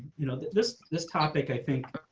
you know this this topic. i think